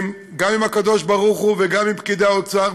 גם עם הקדוש-ברוך-הוא וגם עם פקידי האוצר,